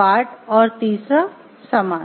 BART और तीसरा समाज